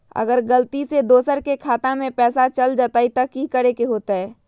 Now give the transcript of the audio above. अगर गलती से दोसर के खाता में पैसा चल जताय त की करे के होतय?